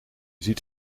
ziet